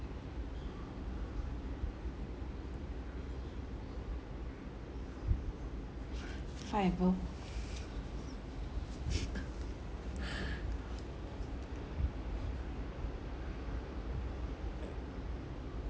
find a girl